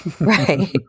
Right